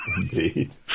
Indeed